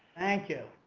thank you,